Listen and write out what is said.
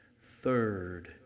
Third